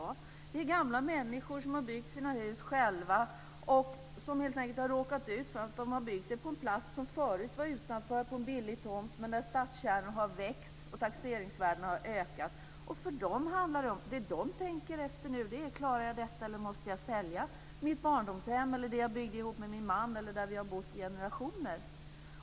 Det är gamla människor som har byggt sina hus själva och som helt enkelt har råkat ut för att bygga på en plats som förut var en billig tomt, men nu har stadskärnan växt och taxeringsvärdena har ökat. Det de tänker nu är: Klarar jag detta, eller måste jag sälja mitt barndomshem, det jag byggde tillsammans med min man eller där vi har bott i generationer?